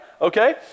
Okay